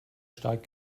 stark